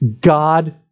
God